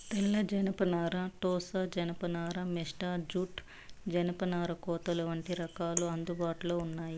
తెల్ల జనపనార, టోసా జానప నార, మేస్టా జూట్, జనపనార కోతలు వంటి రకాలు అందుబాటులో ఉన్నాయి